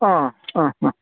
ആ ആ ആ